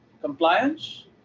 compliance